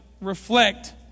reflect